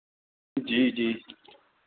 جی جی